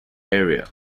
area